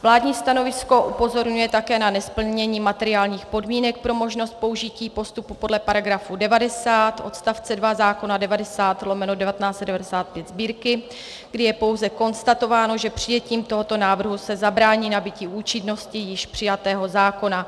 Vládní stanovisko upozorňuje také na nesplnění materiálních podmínek pro možnost použití postupu podle § 90 odst. 2 zákona 90/1995 Sb., kdy je pouze konstatováno, že přijetím tohoto návrhu se zabrání nabytí účinnosti již přijatého zákona.